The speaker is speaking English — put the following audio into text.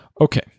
Okay